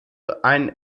ein